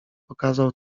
pokazał